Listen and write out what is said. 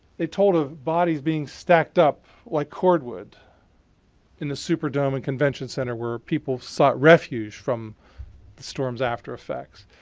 they told of bodies being stacked up like cordwood in the superdome and convention center where people sought refuge from the storm's after effects.